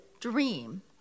dream